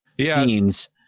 scenes